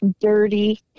dirty